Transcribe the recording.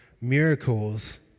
miracles